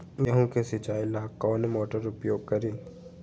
गेंहू के सिंचाई ला कौन मोटर उपयोग करी?